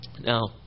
Now